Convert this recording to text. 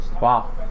Wow